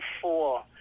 four